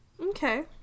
okay